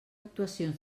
actuacions